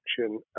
action